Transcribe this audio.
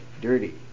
dirty